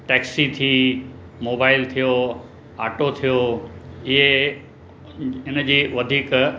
taxi थी mobile थियो auto थियो इहे इनजी वधीक